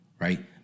right